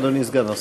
אדוני סגן השר.